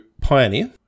Pioneer